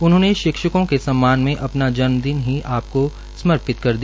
उन्होंने शिक्षकों के सम्मान में अपना जन्मदिन ही आपको समर्पित कर दिया